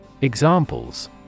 Examples